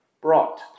brought